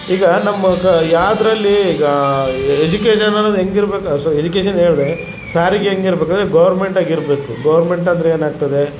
ಈಗ ನಮ್ಮ ಕ ಯಾವುದ್ರಲ್ಲಿ ಈಗ ಎಜುಕೇಷನ್ ಅನ್ನೋದು ಹೆಂಗೆ ಇರ್ಬೇಕು ಅ ಸ ಎಜುಕೇಷನ್ ಹೇಳಿದೆ ಸಾರಿಗೆ ಹೆಂಗೆ ಇರ್ಬೇಕಂದರೆ ಗೋರ್ಮೆಂಟಾಗಿ ಇರಬೇಕು ಗೋರ್ಮೆಂಟ್ ಅಂದರೆ ಏನಾಗ್ತದೆ